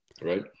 right